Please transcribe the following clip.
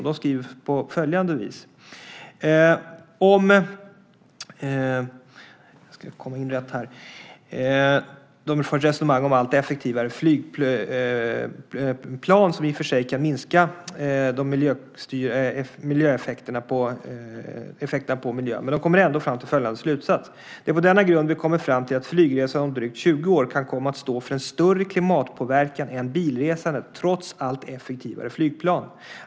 De för ett resonemang om allt effektivare flygplan som i och för sig kan minska effekterna på miljön, men de kommer ändå fram till följande slutsats: "Det är på denna grund vi kommer fram till att flygresandet om drygt 20 år kan komma att stå för en större klimatpåverkan än bilresandet, trots allt effektivare flygplan.